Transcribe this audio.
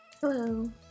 Hello